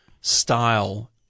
style